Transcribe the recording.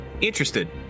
interested